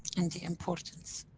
and the importance.